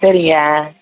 சரிங்க